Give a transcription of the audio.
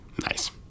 Nice